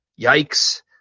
Yikes